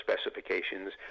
specifications